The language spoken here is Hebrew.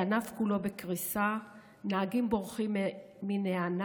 הענף כולו בקריסה, נהגים בורחים מהענף,